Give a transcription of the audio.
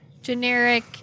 generic